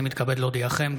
הינני מתכבד להודיעכם,